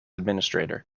administrator